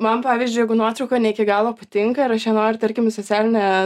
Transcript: man pavyzdžiui jeigu nuotrauka ne iki galo patinka ir aš ją noriu tarkim į socialine